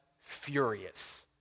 furious